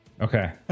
Okay